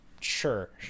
sure